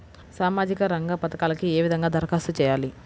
సామాజిక రంగ పథకాలకీ ఏ విధంగా ధరఖాస్తు చేయాలి?